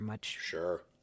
Sure